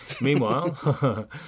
Meanwhile